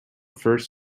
first